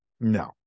No